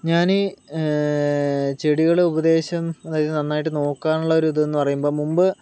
ഞാന് ചെടികളെ ഉപദേശം അതായത് നന്നായിട്ട് നോക്കാനുള്ള ഒരു ഇതെന്ന് പറയുമ്പോൾ മുമ്പ്